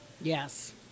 Yes